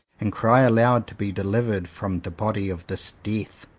and cry aloud to be delivered from the body of this death.